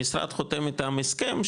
המשרד חותם איתם הסכם,